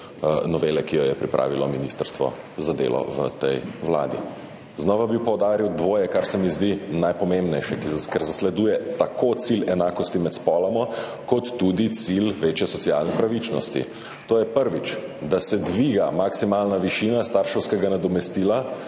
novele, ki jo je pripravilo Ministrstvo za delo v tej vladi. Znova bi poudaril dvoje, kar se mi zdi najpomembnejše, ker zasleduje tako cilj enakosti med spoloma kot tudi cilj večje socialne pravičnosti. To je, prvič, da se dviga maksimalna višina starševskega nadomestila